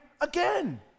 again